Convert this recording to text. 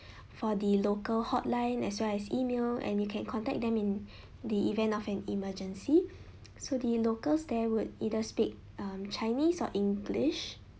for the local hotline as well as email and you can contact them in the event of an emergency so the locals there would either speak um chinese or english